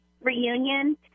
reunion